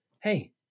hey